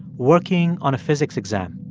working on a physics exam.